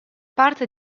parte